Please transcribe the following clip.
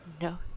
no